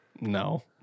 No